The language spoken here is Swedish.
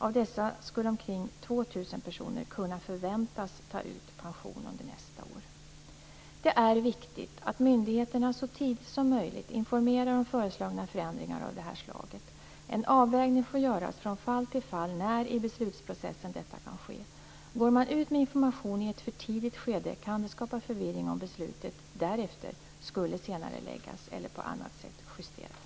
Av dessa skulle omkring 2 000 personer kunna förväntas ta ut pension under nästa år. Det är viktigt att myndigheterna så tidigt som möjligt informerar om föreslagna förändringar av det här slaget. En avvägning får göras från fall till fall när i beslutsprocessen detta kan ske. Går man ut med information i ett för tidigt skede kan det skapa förvirring om beslutet därefter skulle senareläggas eller på annat sätt justeras.